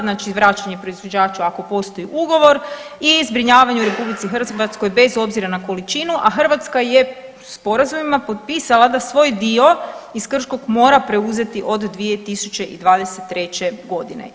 Znači vraćanje proizvođaču ako postoji ugovor i zbrinjavanje u RH bez obzira na količinu, a Hrvatska je sporazumima potpisa da svoj dio iz Krškog mora preuzeti od 2023. godine.